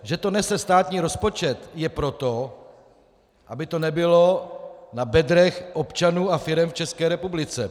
Že to nese státní rozpočet, je proto, aby to nebylo na bedrech občanů a firem v České republice.